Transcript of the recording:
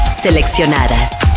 Seleccionadas